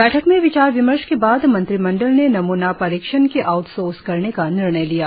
बैठक में विचार विमर्श के बाद मंत्रिमंडल ने नमूना परीक्षण की आउटसोर्स करने का निर्णय लिया